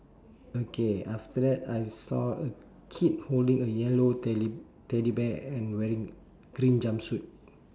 okay after that I saw a kid holding a yellow teddy teddy bear and wearing green jumpsuit